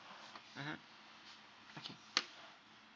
mmhmm okay